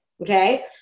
okay